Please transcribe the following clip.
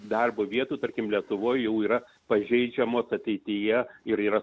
darbo vietų tarkim lietuvoje jau yra pažeidžiama ateityje ir yra